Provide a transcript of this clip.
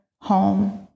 home